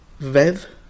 vev